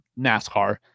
NASCAR